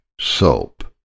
soap